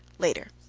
later.